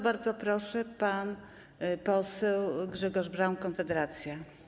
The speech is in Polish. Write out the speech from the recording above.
Bardzo proszę, pan poseł Grzegorz Braun, Konfederacja.